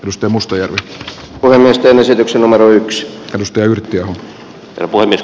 musta musta ja nyt olennaisten esityksen numero yks risteillyt jo arvoinen